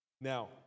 Now